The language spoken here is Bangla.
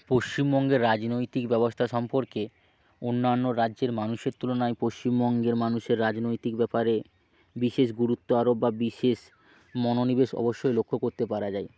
পশ্চিমবঙ্গের রাজনৈতিক ব্যবস্থা সম্পর্কে অন্যান্য রাজ্যের মানুষের তুলনায় পশ্চিমবঙ্গের মানুষের রাজনৈতিক ব্যাপারে বিশেষ গুরুত্ব আরোপ বা বিশেষ মনোনিবেশ অবশ্যই লক্ষ্য করতে পারা যায়